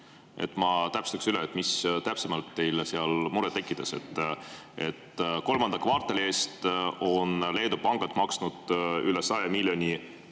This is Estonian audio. Ma täpsustaks üle: mis täpsemalt teile seal muret tekitas? Kolmanda kvartali eest on Leedu pangad maksnud üle 100 miljoni